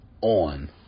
on